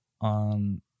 on